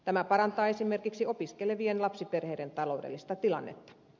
tämä parantaa esimerkiksi opiskelevien lapsiperheiden taloudellista tilannetta